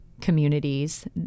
communities